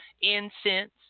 incense